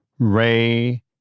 Ray